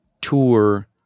tour